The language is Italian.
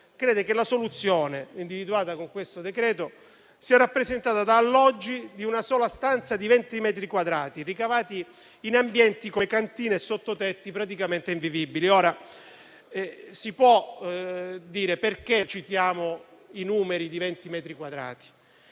crede che la soluzione individuata con questo decreto-legge sia rappresentata da alloggi di una sola stanza di 20 metri quadrati, ricavati in ambienti come cantine e sottotetti praticamente invivibili. Citiamo il dato dei 20 metri quadrati